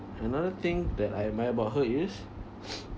and another thing that I admire about her is